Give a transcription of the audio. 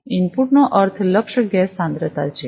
ઇનપુટનો અર્થ લક્ષ્ય ગેસ સાંદ્રતા છે